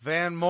Van